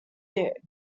duke